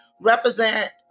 represent